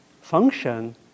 function